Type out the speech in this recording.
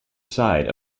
side